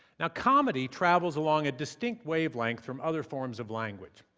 now comedy travels along a distinct wavelength from other forms of language.